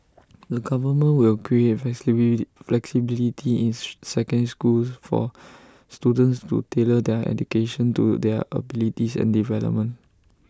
the government will create flexibility in secondary schools for students to tailor their education to their abilities and development